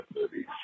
movies